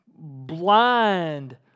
blind